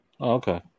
Okay